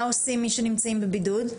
מה עושים מי שנמצאים בבידוד?